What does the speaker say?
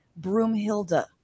Broomhilda